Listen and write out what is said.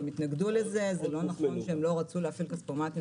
זה להכניס כסף.